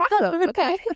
okay